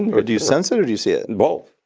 and or do you sense it, or do you see it? and both.